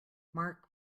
marc